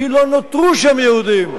כי לא נותרו שם יהודים.